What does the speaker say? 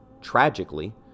Tragically